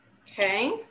Okay